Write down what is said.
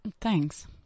Thanks